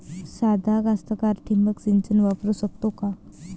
सादा कास्तकार ठिंबक सिंचन वापरू शकते का?